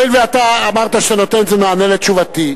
הואיל ואתה אמרת שאתה נותן בזה מענה על שאלתי,